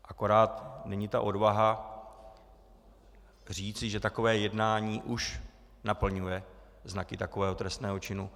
Akorát není odvaha říci, že takové jednání už naplňuje znaky takového trestného činu.